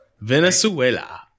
venezuela